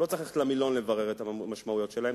לא צריך ללכת למילון לברר את המשמעויות שלהן,